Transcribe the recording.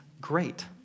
great